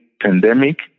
pandemic